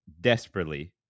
desperately